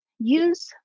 use